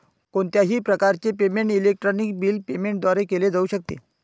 कोणत्याही प्रकारचे payment electronic bill payment द्वारे केले जाऊ शकते